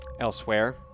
elsewhere